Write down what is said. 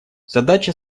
задача